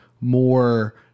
more